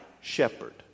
shepherd